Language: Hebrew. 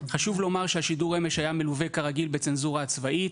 חשוב לומר שהשידור אמש היה מלווה כרגיל בצנזורה הצבאית,